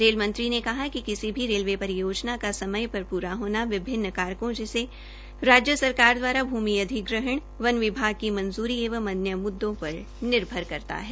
रेलमंत्री ने कहा कि किसी भी रेलवे परियोजना का समय पर पूरा होना विभिन्न कारकों जैसे राज्य सरकार द्वारा भूमि अधिग्रहण वन विभाग की मंजूरी एवं अन्य मुद्दों पर निर्भर करता है